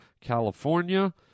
California